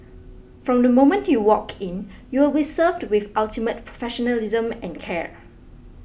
from the moment you walk in you will be served with ultimate professionalism and care